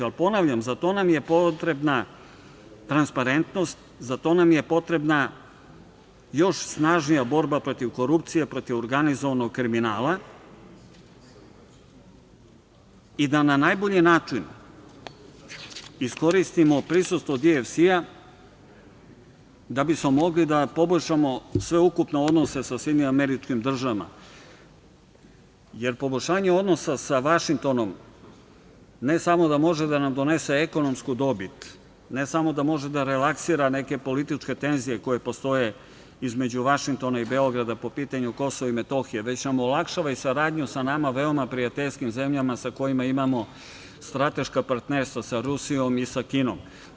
Ponavljam, za to nam je potrebna transparentnost, za to nam je potrebna još snažnija borba protiv korupcije, protiv organizovanog kriminala i da na najbolji način iskoristimo prisustvo DFC da bismo mogli da poboljšamo sveukupne odnose sa SAD, jer poboljšanje odnosa sa Vašingtonom ne samo da može da nam donese ekonomsku dobit, ne samo da može da relaksira neke političke tenzije koje postoje između Vašingtona i Beograda po pitanju KiM, već na olakšava i saradnju sa nama veoma prijateljskim zemljama sa kojima imamo strateška partnerstva, sa Rusijom i sa Kinom.